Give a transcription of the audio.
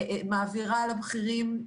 מעבירה לבכירים,